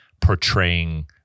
portraying